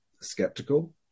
skeptical